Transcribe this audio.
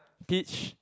peach